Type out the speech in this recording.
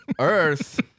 Earth